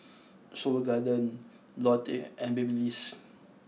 Seoul Garden Lotte and Babyliss